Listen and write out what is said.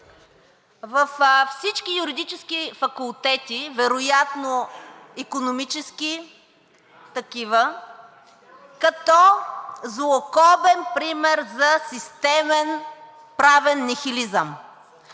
във всички юридически факултети, вероятно и икономически такива, като злокобен пример за системен правен нихилизъм.